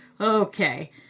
okay